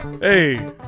Hey